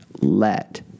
let